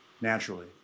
naturally